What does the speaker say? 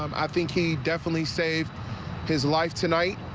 um i think he definitely saved his life tonight.